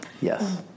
Yes